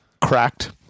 cracked